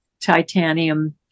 titanium